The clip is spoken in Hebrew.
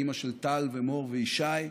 היא אימא של טל ומור וישי,